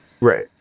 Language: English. right